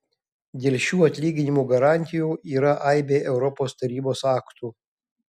dėl šių atlyginimų garantijų yra aibė europos tarybos aktų